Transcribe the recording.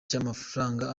cy’amafaranga